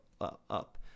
up